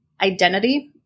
identity